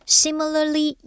similarly